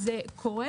זה קורה.